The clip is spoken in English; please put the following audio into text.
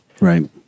Right